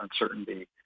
uncertainty